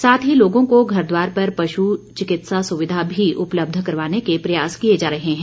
साथ ही लोगों को घर द्वार पर पशु चिकित्सा सुविधा भी उपलब्ध करवाने के प्रयास किए जा रहे हैं